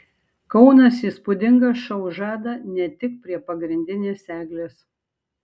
kaunas įspūdingą šou žada ne tik prie pagrindinės eglės